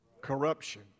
Corruption